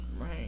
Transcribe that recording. Right